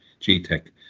GTEC